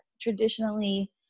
traditionally